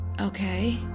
Okay